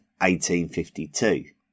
1852